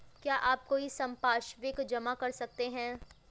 क्या आप कोई संपार्श्विक जमा कर सकते हैं?